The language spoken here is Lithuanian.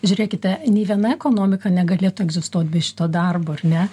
žiūrėkite nei viena ekonomika negalėtų egzistuot be šito darbo ar ne